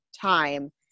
time